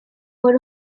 por